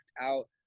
out